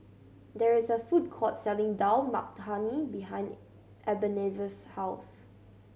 there is a food court selling Dal Makhani behind Ebenezer's house